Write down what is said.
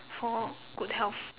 for good health